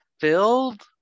filled